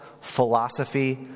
philosophy